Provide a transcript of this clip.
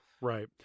Right